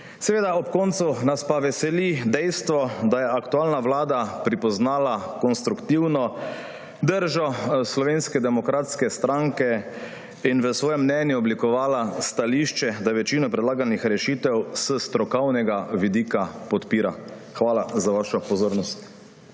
interes. Ob koncu nas pa veseli dejstvo, da je aktualna vlada pripoznala konstruktivno držo Slovenske demokratske stranke in v svojem mnenju oblikovala stališče, da večino predlaganih rešitev s strokovnega vidika podpira. Hvala za vašo pozornost.